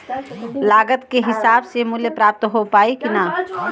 लागत के हिसाब से मूल्य प्राप्त हो पायी की ना?